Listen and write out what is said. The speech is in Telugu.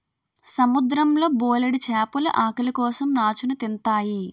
సముద్రం లో బోలెడు చేపలు ఆకలి కోసం నాచుని తింతాయి